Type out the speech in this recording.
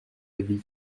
vie